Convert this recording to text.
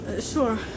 Sure